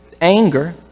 anger